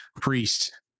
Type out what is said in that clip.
priest